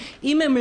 זה